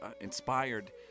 inspired